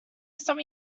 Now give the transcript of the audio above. some